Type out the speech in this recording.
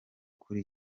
kuri